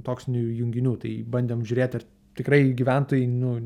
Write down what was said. toksinių junginių tai bandėm žiūrėt ar tikrai gyventojai nu